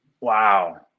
Wow